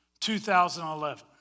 2011